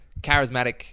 charismatic